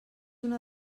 una